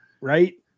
right